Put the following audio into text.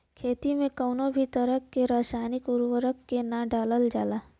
खेती में कउनो भी तरह के रासायनिक उर्वरक के ना डालल जाला